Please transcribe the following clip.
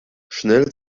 schnell